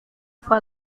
fue